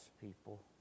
people